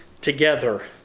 together